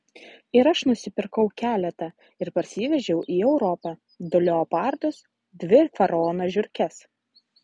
ir aš nusipirkau keletą ir parsivežiau į europą du leopardus dvi faraono žiurkes